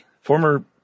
Former